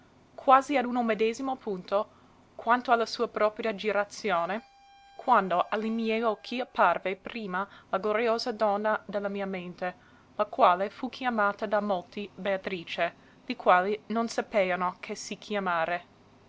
quasi a uno medesimo punto quanto a la sua propria girazione quando a li miei occhi apparve prima la gloriosa donna de la mia mente la quale fu chiamata da molti beatrice li quali non sapeano che si chiamare